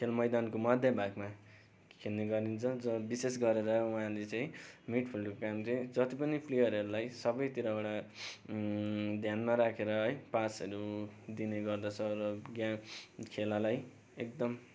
खेल मैदानको मध्य भागमा खेल्ने गरिन्छ जो विशेष गरेर उहाँले चाहिँ मिडफिल्डको काम चाहिँ जति पनि प्लेयरहरूलाई सबैतिरबाट ध्यानमा राखेर है पासहरू दिने गर्दछ र गेम खेलालाई एकदम